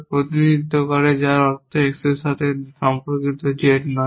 প্রতিনিধিত্ব করে যার অর্থ X এর সাথে সম্পর্কিত Z নয়